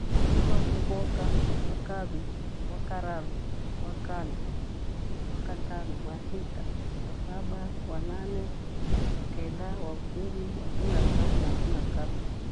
Mwiri wa kuvoka wa kavi, wakarari, wakana, wakatano, wathita, wathaba, wanane, wakenda, wakumi, wakumi na kamwi na wakumi na kavi.